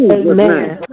amen